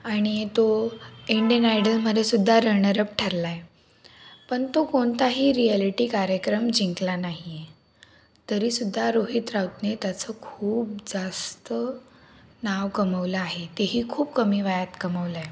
आणि तो इंडियन आयडलमध्ये सुद्धा रनरअप ठरला आहे पण तो कोणताही रिॲलिटी कार्यक्रम जिंकला नाही आहे तरी सुद्धा रोहित राऊतने त्याचं खूप जास्त नाव कमवलं आहे ते ही खूप कमी वायात कमवलं आहे